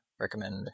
recommend